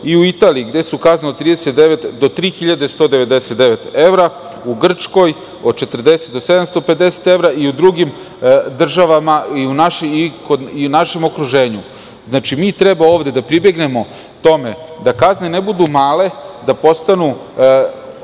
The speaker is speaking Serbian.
u Italiji gde su kazne od 39 do 3.199 evra, u Grčkoj od 40 do 750 evra i u drugim državama našeg okruženja. Ovde treba da pribegnemo tome da kazne ne budu male, da postoji